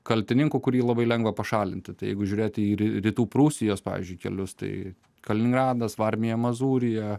kaltininku kurį labai lengva pašalinti tai jeigu žiūrėti ir rytų prūsijos pavyzdžiui kelius tai kaliningradas varmiją mozūriją